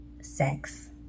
sex